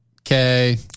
Okay